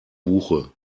buche